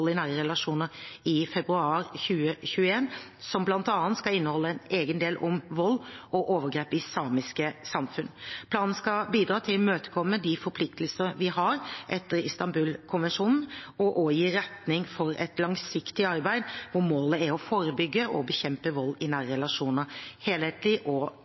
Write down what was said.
relasjoner i februar 2021, som bl.a. skal inneholde en egen del om vold og overgrep i samiske samfunn. Planen skal bidra til å imøtekomme de forpliktelser vi har etter Istanbul-konvensjonen, og også gi retning for et langsiktig arbeid hvor målet er å forebygge og bekjempe vold i nære relasjoner helhetlig og